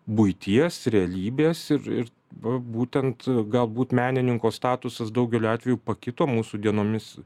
buities realybės ir ir va būtent galbūt menininko statusas daugeliu atvejų pakito mūsų dienomis